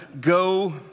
go